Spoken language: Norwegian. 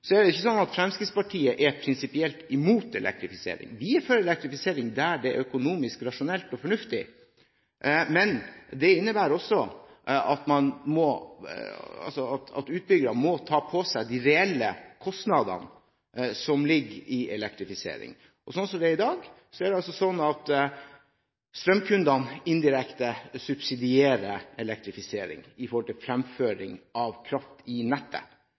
Så er det ikke sånn at Fremskrittspartiet er prinsipielt imot elektrifisering. Vi er for elektrifisering der det er økonomisk, rasjonelt og fornuftig. Men det innebærer også at utbyggerne må ta på seg de reelle kostnadene som ligger i elektrifisering. Sånn som det er i dag, er det strømkundene som indirekte subsidierer elektrifisering når det gjelder fremføring av kraft i nettet.